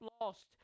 lost